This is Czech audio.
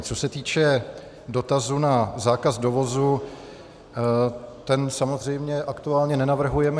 Co se týče dotazu na zákaz dovozu, ten samozřejmě aktuálně nenavrhujeme.